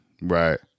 right